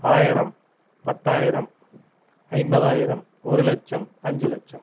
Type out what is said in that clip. ஆயிரம் பத்தாயிரம் ஐம்பதாயிரம் ஒரு லட்சம் அஞ்சு லட்சம்